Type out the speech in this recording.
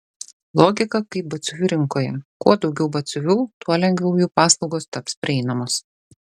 logika kaip batsiuvių rinkoje kuo daugiau batsiuvių tuo lengviau jų paslaugos taps prieinamos